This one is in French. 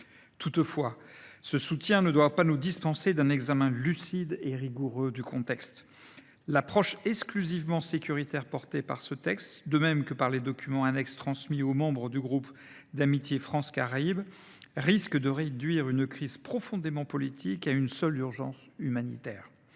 Toutefois, ce soutien ne doit pas nous dispenser d’un examen lucide et rigoureux du contexte. L’approche exclusivement sécuritaire qui s’exprime dans ce texte, de même que dans les documents annexes transmis aux membres du groupe d’amitié France Caraïbes, risque de réduire une crise profondément politique à une seule urgence humanitaire.